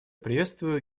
приветствую